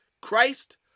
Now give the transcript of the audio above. christ